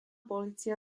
polícia